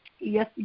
Yes